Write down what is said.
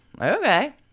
okay